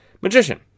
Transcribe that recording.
magician